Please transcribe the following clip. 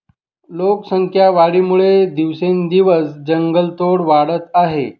लोकसंख्या वाढीमुळे दिवसेंदिवस जंगलतोड वाढत आहे